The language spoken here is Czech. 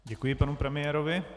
Děkuji panu premiérovi.